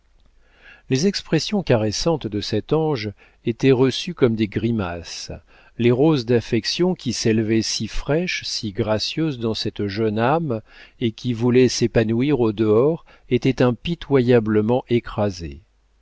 les expressions caressantes de cette ange étaient reçues comme des grimaces les roses d'affection qui s'élevaient si fraîches si gracieuses dans cette jeune âme et qui voulaient s'épanouir au dehors étaient impitoyablement écrasées